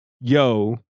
yo